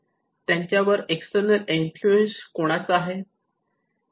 त्यांच्यावर external influence कोणाचा आहे